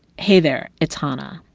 hey there. it's hanna,